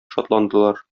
шатландылар